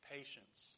Patience